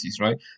right